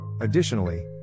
Additionally